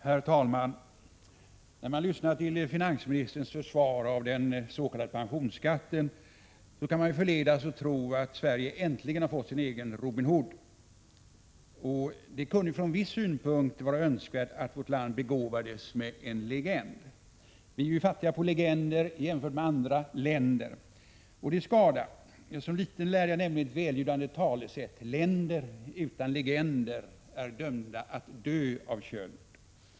Herr talman! När man lyssnar till finansministerns försvar av den s.k. pensionsskatten kan man förledas att tro att Sverige äntligen har fått sin egen Robin Hood. Från viss synpunkt kunde det vara önskvärt att vårt land begåvades med en legend. Vi är ju fattiga på legender jämfört med andra länder, och det är skada. Som liten lärde jag mig ett välljudande talesätt: Länder utan legender är dömda att dö av köld.